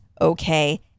okay